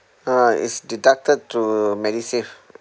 uh it's deducted to medisave